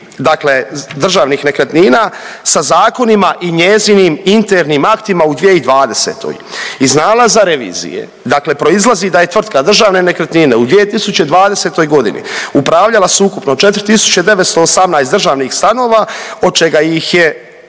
dakle Državnih nekretnina sa zakonima i njezinim internim aktima u 2020. Iz nalaza revizije dakle proizlazi da je tvrtka Državne nekretnine u 2020. godini upravljala s ukupno 4.918 državnih stanova od čega ih je